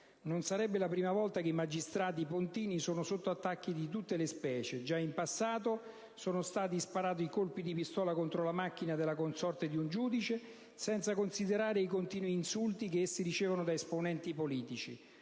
Non sarebbe la prima volta che i magistrati pontini sono sotto attacchi di tutte le specie; già in passato sono stati sparati colpi di pistola contro la macchina della consorte di un giudice, senza considerare i continui insulti che essi ricevono da esponenti politici.